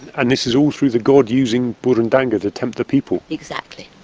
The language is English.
and this is all through the god using burundanga to tempt the people? exactly.